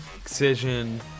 excision